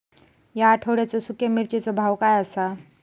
या आठवड्याचो सुख्या मिर्चीचो भाव काय आसा?